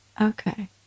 Okay